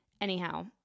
Anyhow